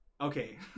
Okay